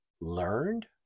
learned